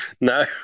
No